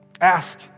Ask